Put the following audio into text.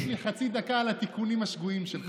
וגם תוסיף לי חצי דקה על התיקונים השגויים שלך.